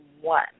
one